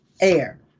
air